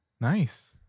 Nice